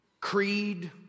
creed